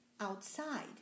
outside